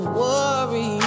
worry